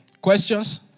Questions